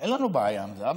אין לנו בעיה עם זה.